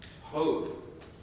Hope